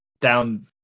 down